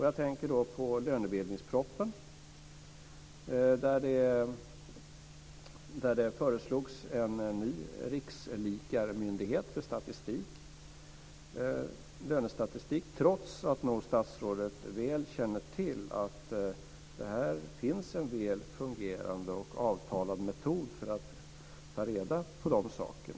Jag tänker då på lönebildningspropositionen, där det föreslogs en ny rikslikarmyndighet för lönestatistik trots att statsrådet nog väl känner till att det finns en väl fungerande och avtalad metod för att ta reda på dessa saker.